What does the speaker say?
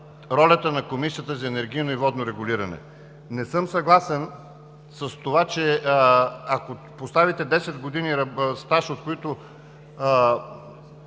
ролята на Комисията за енергийно и водно регулиране. Не съм съгласен с това, че ако поставите 10 години стаж, от които